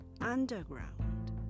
underground